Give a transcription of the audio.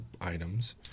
items